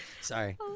sorry